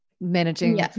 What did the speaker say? managing